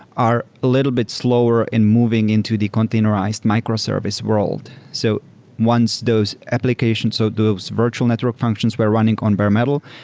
are a little bit slower in moving into the containerized microservice microservice world. so once those application, so those virtual network functions were running on bare metal,